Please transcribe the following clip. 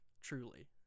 truly